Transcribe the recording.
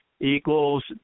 equals